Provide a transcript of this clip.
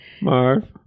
Marv